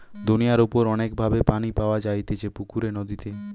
দুনিয়ার উপর অনেক ভাবে পানি পাওয়া যাইতেছে পুকুরে, নদীতে